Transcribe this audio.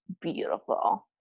beautiful